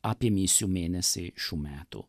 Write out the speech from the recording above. apie misijų mėnesį šių metų